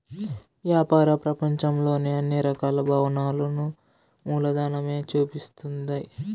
వ్యాపార ప్రపంచంలో అన్ని రకాల భావనలను మూలధనమే చూపిస్తుంది